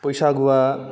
बैसागुआ